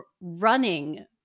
running